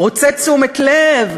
רוצה תשומת לב?